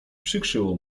przykrzyło